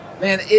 Man